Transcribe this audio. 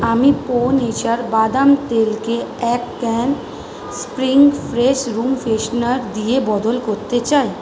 আমি pro nature বাদাম তেলকে এক can spring fresh room freshener দিয়ে বদল করতে চাই